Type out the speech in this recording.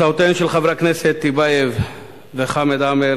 הצעותיהם של חברי הכנסת טיבייב וחמד עמאר